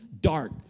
dark